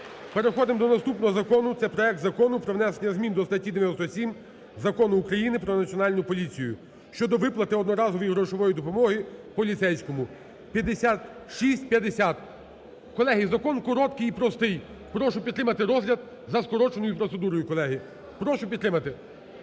Переходимо до наступного закону. Це проект Закону про внесення змін до статті 97 Закону України "Про Національну поліцію" щодо виплати одноразової грошової допомоги поліцейському (5650). Колеги, закон короткий і простий. Прошу підтримати розгляд за скороченою процедурою, колеги. Прошу підтримати.